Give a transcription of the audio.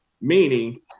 Meaning